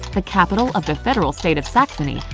the capital of the federal state of saxony,